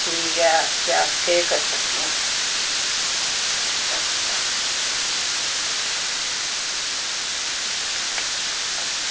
ठीक ऐ फ्ही अस केह् करी सकनेआं